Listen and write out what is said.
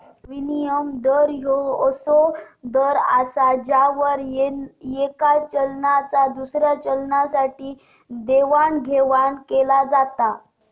विनिमय दर ह्यो असो दर असा ज्यावर येका चलनाचा दुसऱ्या चलनासाठी देवाणघेवाण केला जाता